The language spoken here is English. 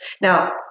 Now